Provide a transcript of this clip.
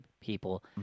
people